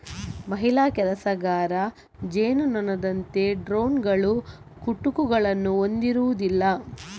ಮಹಿಳಾ ಕೆಲಸಗಾರ ಜೇನುನೊಣದಂತೆ ಡ್ರೋನುಗಳು ಕುಟುಕುಗಳನ್ನು ಹೊಂದಿರುವುದಿಲ್ಲ